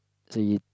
so you